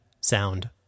sound